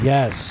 Yes